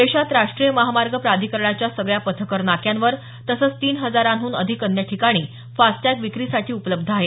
देशात राष्ट्रीय महामार्ग प्राधिकरणाच्या सगळ्या पथकर नाक्यांवर तसंच तीन हजारांहून अधिक अन्य ठिकाणी फास्टटॅग विक्रीसाठी उपलब्ध आहे